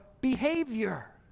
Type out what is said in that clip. behavior